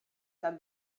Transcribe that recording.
said